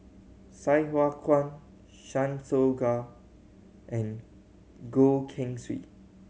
Sai Hua Kuan Chan Soh Ga and Goh Keng Swee